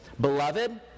Beloved